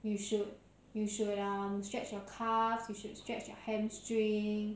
you should you should um stretch your calves you should stretch your hamstring